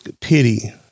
pity